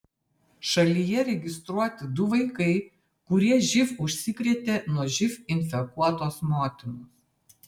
šalyje registruoti du vaikai kurie živ užsikrėtė nuo živ infekuotos motinos